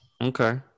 Okay